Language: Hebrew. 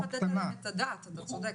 צודק.